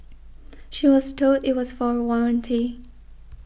she was told it was for warranty